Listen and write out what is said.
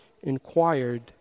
inquired